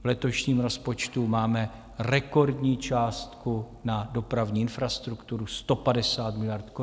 V letošním rozpočtu máme rekordní částku na dopravní infrastrukturu 150 miliard korun.